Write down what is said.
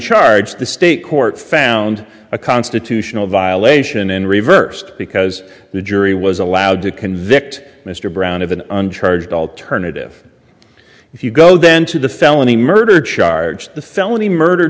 charge the state court found a constitutional violation and reversed because the jury was allowed to convict mr brown of an uncharged alternative if you go then to the felony murder charge the felony murder